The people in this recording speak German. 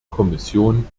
kommission